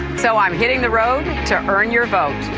so i'm hitting the road to earn your vote,